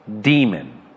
demon